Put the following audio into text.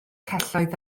celloedd